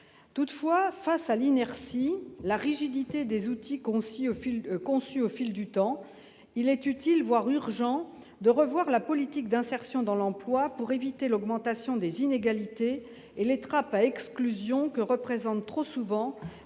Toutefois, face à l'inertie et la rigidité des outils conçus au fil du temps, il est utile, même urgent, de revoir la politique d'insertion dans l'emploi des personnes handicapées pour éviter l'augmentation des inégalités et les trappes à exclusion que représentent trop souvent l'inaptitude au